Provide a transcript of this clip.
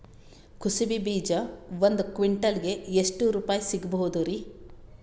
ಕುಸಬಿ ಬೀಜ ಒಂದ್ ಕ್ವಿಂಟಾಲ್ ಗೆ ಎಷ್ಟುರುಪಾಯಿ ಸಿಗಬಹುದುರೀ?